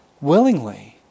willingly